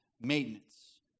maintenance